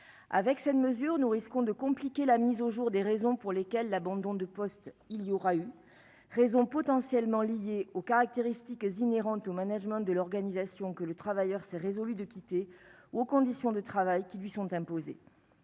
avec cette mesure, nous risquons de compliquer la mise au jour des raisons pour lesquelles l'abandon de poste, il y aura eu raison potentiellement liées aux caractéristiques inhérentes au management de l'organisation que le travailleur, c'est résolu de quitter aux conditions de travail qui lui sont imposées